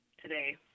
today